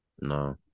No